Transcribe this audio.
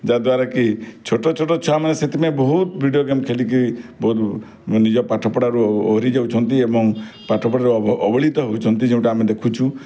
ଯାହାଦ୍ଵାରାକି ଛୋଟ ଛୋଟ ଛୁଆମାନେ ସେଥିପାଇଁ ବହୁତ ଭିଡ଼ିଓ ଗେମ୍ ଖେଳିକି ବହୁତ ନିଜ ପାଠ ପଢ଼ାରୁ ଓହରି ଯାଉଛନ୍ତି ଏବଂ ପାଠ ପଢ଼ାରୁ ଅବହେଳିତ ହେଉଛନ୍ତି ଯେଉଁଟା ଆମେ ଦେଖୁଛୁ